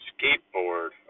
Skateboard